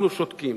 אנחנו שותקים.